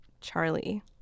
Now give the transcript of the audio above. Charlie